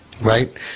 Right